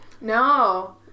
No